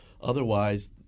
Otherwise